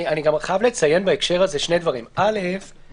אני חייב לציין בהקשר הזה שני דברים: דבר אחד,